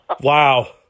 Wow